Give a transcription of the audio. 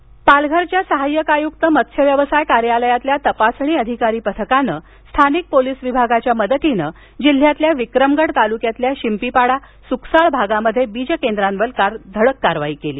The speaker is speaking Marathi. मत्स्य व्यवसाय पालघरच्या सहाय्यकआयुक्त मत्स्यव्यवसाय कार्यालयातल्या तपासणी अधिकारी पथकानं स्थानिक पोलीस विभागाच्या मदतीनं जिल्ह्यातल्या विक्रमगड तालुक्यामधल्या शिंपीपाडा सुकसाळ भागात बीजकेंद्रावर काल धडक कारवाई केली